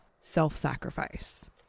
self-sacrifice